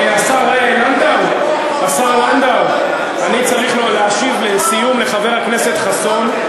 השר לנדאו, אני צריך להשיב לסיום לחבר הכנסת חסון.